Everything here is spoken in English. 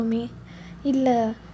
illa